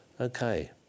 Okay